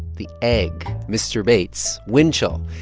the egg, mr. bates, winchell.